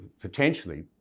potentially